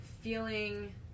feeling